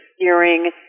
steering